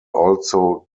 also